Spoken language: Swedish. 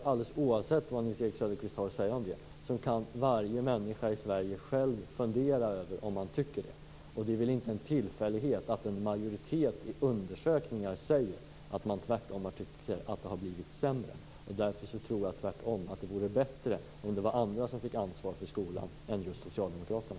Alldeles oavsett vad Nils Erik Söderqvist har att säga om det kan varje människa i Sverige själv fundera över om man tycker det. Det är inte en tillfällighet att en majoritet i undersökningar säger att man tvärtom tycker att det har blivit sämre. Därför tror jag att det vore bättre om det var andra som fick ansvar för skolan än just socialdemokraterna.